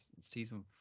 Season